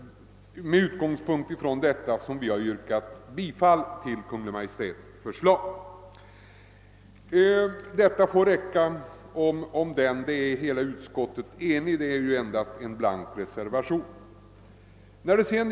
Med hänsyn bl.a. härtill har vi nu yrkat bifall till Kungl. Maj:ts förslag. Det får räcka med det anförda be; träffande denna del av förevarande ärende, där utskottet varit så gott som enhälligt. Det föreligger på denna punkt bara en blank reservation.